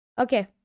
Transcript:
Okay